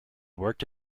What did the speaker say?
worked